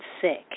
sick